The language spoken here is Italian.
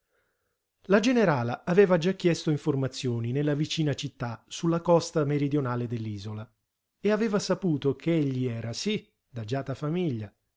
la generala aveva già chiesto informazioni nella vicina città su la costa meridionale dell'isola e aveva saputo ch'egli era sí d'agiata famiglia